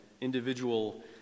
individual